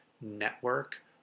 network